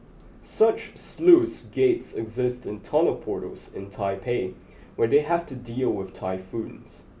such sluice gates exist in tunnel portals in Taipei where they have to deal with typhoons